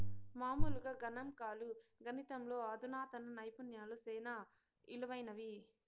మామూలుగా గణంకాలు, గణితంలో అధునాతన నైపుణ్యాలు సేనా ఇలువైనవి